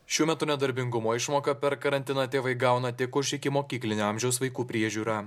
šiuo metu nedarbingumo išmoką per karantiną tėvai gauna tik už ikimokyklinio amžiaus vaikų priežiūrą